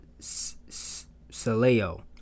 Saleo